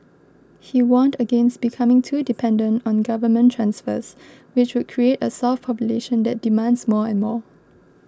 he warned against becoming too dependent on government transfers which would create a soft population that demands more and more